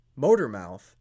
motormouth